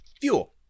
fuel